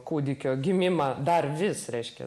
kūdikio gimimą dar vis reiškia